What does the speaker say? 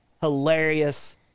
Hilarious